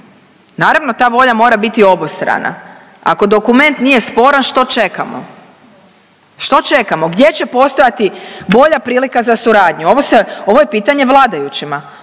Naravno, ta volja mora biti obostrana. Ako dokument nije sporan, što čekamo? Što čekamo? Gdje će postojati bolja prilika za suradnju? Ovo se, ovo je pitanje vladajućima.